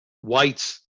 whites